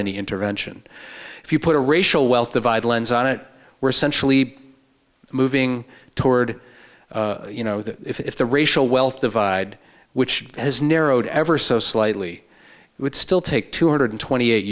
any intervention if you put a racial wealth divide lens on it we're centrally moving toward you know if the racial wealth divide which has narrowed ever so slightly would still take two hundred twenty eight